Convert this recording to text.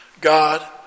God